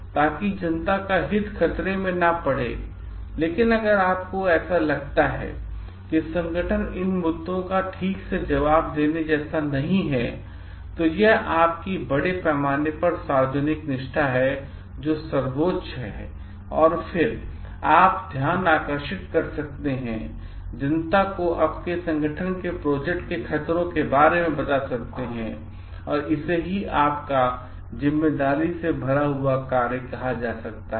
ताकि जनता का हित ख़तरे में न पड़े लेकिन अगर आपको ऐसा लगता है संगठन इन मुद्दों का ठीक से जवाब देने जैसा नहीं है तो यह आपकी बड़े पैमाने पर सार्वजनिक निष्ठा है जो सर्वोच्च है और फिर आप ध्यानाकर्षित कर सकते हैं और जनता को आपके संगठन के प्रोजेक्ट के खतरों के बारे में बता सकते हैं और इसे ही आपका जिम्मेदारी से भरा कार्य कहा जा सकता है